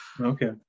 Okay